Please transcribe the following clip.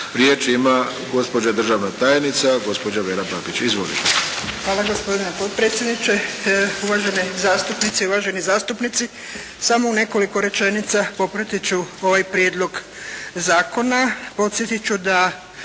Riječ ima gospođa državna tajnica, gospođa Vera Babić. **Babić, Vera** Hvala gospodine potpredsjedniče, uvažene zastupnice i uvaženi zastupnici. Samo u nekoliko rečenica popratit ću ovaj prijedlog zakon. Podsjećam da